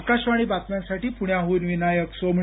आकाशवाणी बातम्यांसाठी पुण्याहून विनायक सोमणी